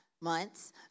months